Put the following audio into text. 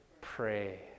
pray